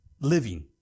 living